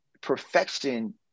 perfection